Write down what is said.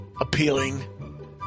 appealing